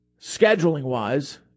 scheduling-wise